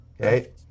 Okay